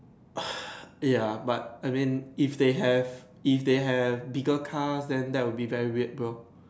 ya but I think if they have if they have bigger cars then that would be very weird bro